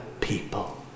people